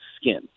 skin